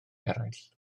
eraill